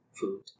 food